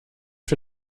für